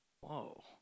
Whoa